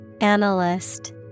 Analyst